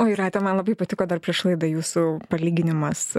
o jūrate man labai patiko dar prieš laidą jūsų palyginimas